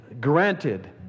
granted